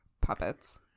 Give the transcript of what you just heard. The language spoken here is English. puppets